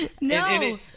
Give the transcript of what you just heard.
No